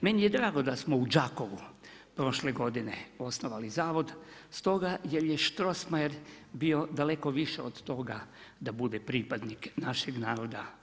Meni je drago da smo u Đakovu prošle godine osnovali zavod stoga jer je Strossmayer bio daleko više od toga da bude pripadnik našeg naroda.